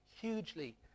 hugely